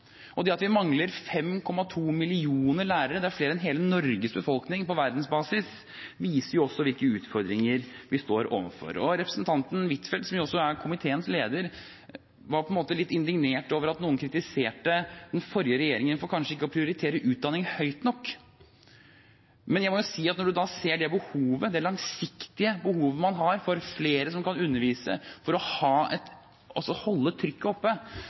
Det at vi på verdensbasis mangler 5,2 millioner lærere – det er flere enn hele Norges befolkning – viser hvilke utfordringer vi står overfor. Representanten Huitfeldt, som også er komiteens leder, var litt indignert over at noen kritiserte den forrige regjeringen for kanskje ikke å prioritere utdanning høyt nok. Men jeg må si at når man da ser det langsiktige behovet man har for flere som kan undervise, for å holde trykket oppe, er det så synd at frekvensen for å utdanne har gått ned. Derfor er jeg også